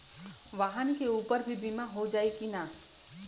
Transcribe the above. वाहन के ऊपर भी बीमा हो जाई की ना?